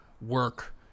work